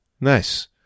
Nice